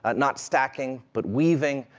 not stacking, but weaving,